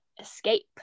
escape